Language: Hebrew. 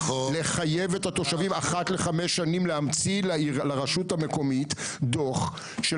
את התושבים להמציא לרשות המקומית אחת